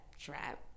trap